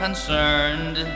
Concerned